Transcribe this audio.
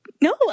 No